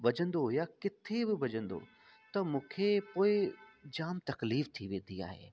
वॼंदो या किथे बि वॼंदो त मूंखे पोइ जाम तकलीफ़ थी वेंदी आहे